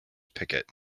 picket